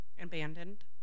abandoned